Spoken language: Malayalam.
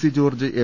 C George M